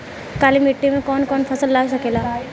काली मिट्टी मे कौन कौन फसल लाग सकेला?